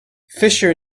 fisher